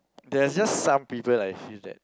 there are just some people like I feel that